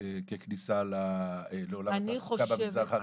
ככניסה לעולם התעסוקה במגזר החרדי?